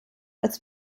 als